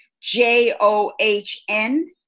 J-O-H-N